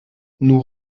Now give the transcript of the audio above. nous